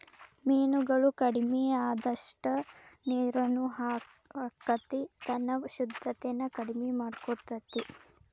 ಮೇನುಗಳು ಕಡಮಿ ಅಅದಷ್ಟ ನೇರುನು ಹಾಳಕ್ಕತಿ ತನ್ನ ಶುದ್ದತೆನ ಕಡಮಿ ಮಾಡಕೊತತಿ